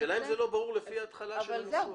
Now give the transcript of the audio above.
השאלה אם זה לא ברור לפי התחלת הסעיף.